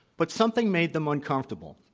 but something made them uncomfortable.